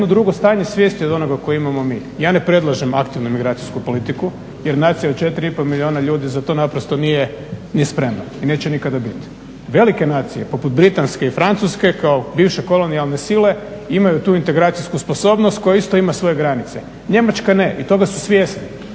drugo stanje svijesti od onoga koje imamo mi. Ja ne predlažem aktivnu imigracijsku politiku jer nacija od 4,5 milijuna ljudi za to naprosto nije spremna i neće nikada biti. Velike nacije, poput britanske i francuske kao bivše kolonijalne sile imaju tu integracijsku sposobnost koja isto ima svoje granice. Njemačka ne, i toga su svjesni.